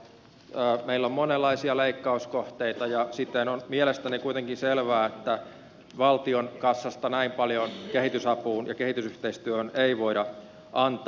meillä on monenlaisia leikkauskohteita ja siten on mielestäni kuitenkin selvää että valtion kassasta näin paljon kehitysapuun ja kehitysyhteistyöhön ei voida antaa